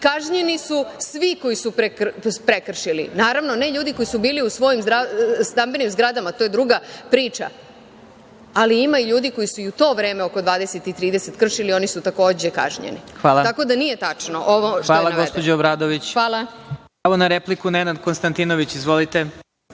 kažnjeni su svi koji su prekršili. Naravno, ne ljudi koji su bili u svojim stambenim zgradama, to je druga priča. Ali, ima ljudi koji su i u to vreme, oko 20.30 kršili i oni su takođe kažnjeni. Tako da nije tačno ovo što je navedeno. **Vladimir Marinković** Hvala, gospođo Obradović. Pravo na repliku, Nenad Konstantinović. Izvolite.